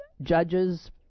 judges